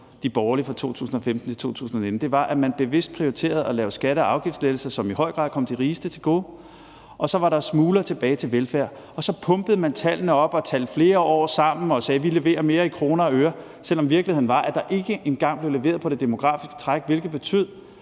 regeringer fra 2015 til 2019, var, at man bevidst prioriterede at lave skatte- og afgiftslettelser, som i høj grad kom de rigeste til gode, og så var der smuler tilbage til velfærd, og så pumpede man tallene op og talte flere år sammen og sagde, at man leverede mere i kroner og øre, selv om virkeligheden var, at der ikke engang blev leveret på det demografiske træk, hvilket betød,